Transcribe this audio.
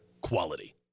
Quality